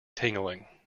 tingling